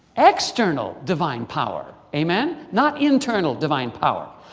external divine power. amen? not internal divine power.